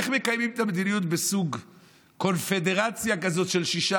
איך מקיימים את המדיניות בסוג קונפדרציה כזאת של שישה